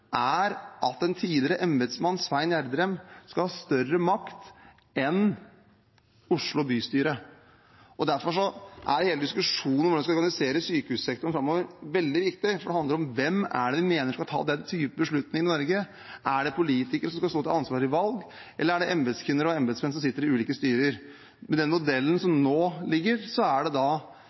er at en tidligere embetsmann, Svein Gjedrem, skal ha større makt enn Oslo bystyre. Derfor er hele diskusjonen om hvordan man skal organisere sykehussektoren framover, veldig viktig, for det handler om hvem vi mener skal ta den typen beslutning i Norge. Er det politikere som skal stå til ansvar ved valg, eller er det embetskvinner og embetsmenn som sitter i ulike styrer? Med den modellen som nå ligger der, er det